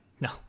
No